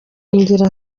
ngira